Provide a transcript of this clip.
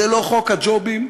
זה לא חוק הג'ובים,